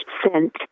sent